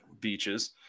beaches